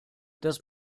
das